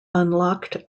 unlocked